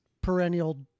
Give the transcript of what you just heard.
perennial